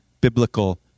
biblical